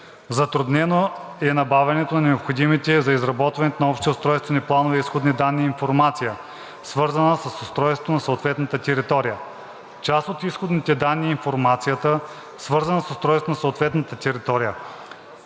затруднено е набавянето на необходимите за изработването на общите устройствени планове изходни данни и информация, свързана с устройството на съответната територия. Част от изходните данни и информацията са свързани със съответната територия.